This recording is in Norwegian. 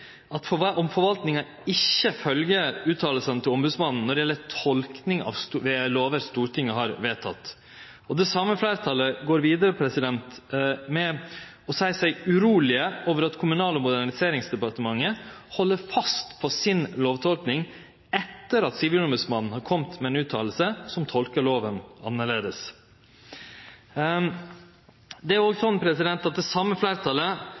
særleg uheldig om forvaltninga ikkje følgjer utsegnene til Sivilombodsmannen når det gjeld tolkinga av lover Stortinget har vedteke. Det same fleirtalet går vidare med å seie seg uroa over at «Kommunal- og moderniseringsdepartementet held fast på si lovtolking etter at Sivilombodsmannen har kome med sin uttale som tolkar loven annleis». Det er òg sånn at det same fleirtalet